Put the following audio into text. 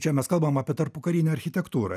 čia mes kalbam apie tarpukarinę architektūrą